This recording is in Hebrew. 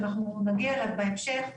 שאנחנו נגיע אליו בהמשך,